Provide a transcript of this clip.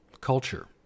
culture